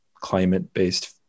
climate-based